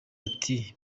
ati